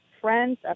friends